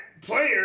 player